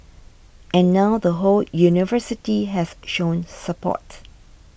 and now the whole university has shown support